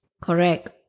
Correct